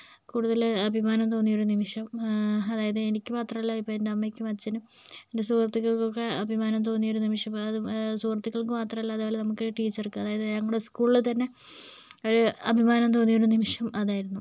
കൂടുതൽ അഭിമാനം തോന്നിയ നിമിഷം അതായത് എനിക്ക് മാത്രമല്ല ഇപ്പോൾ എൻ്റെ അമ്മയ്ക്കും അച്ഛനും എൻ്റെ സുഹൃത്തുക്കൾക്കും ഒക്കെ അഭിമാനം തോന്നിയ നിമിഷം അതായത് സുഹൃത്തുക്കൾക്ക് മാത്രമല്ല അതുപോലെ ടീച്ചർക്ക് അതായത് നമ്മുടെ സ്കൂളിലെ തന്നെ ഒരു അഭിമാനം തോന്നിയ നിമിഷം അതായിരുന്നു